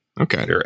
Okay